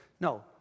No